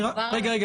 ברור